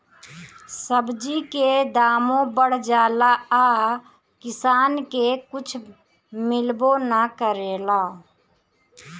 सब्जी के दामो बढ़ जाला आ किसान के कुछ मिलबो ना करेला